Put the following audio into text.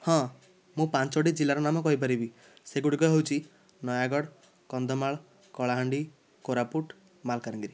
ହଁ ମୁଁ ପାଞ୍ଚଟି ଜିଲ୍ଲାର ନାମ କହିପାରିବି ସେଗୁଡ଼ିକ ହେଉଛି ନୟାଗଡ଼ କନ୍ଧମାଳ କଳାହାଣ୍ଡି କୋରାପୁଟ ମାଲକାନଗିରି